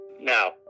Now